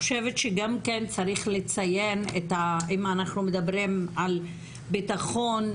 אם אנחנו מדברים על ביטחון,